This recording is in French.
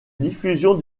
diffusion